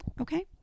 Okay